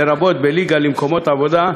לרבות בליגה למקומות עבודה,